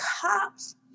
cops